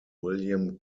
william